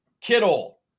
Kittle